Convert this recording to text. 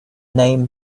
name